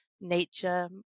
nature